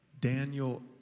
Daniel